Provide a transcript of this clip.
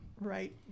Right